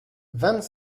vingt